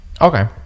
Okay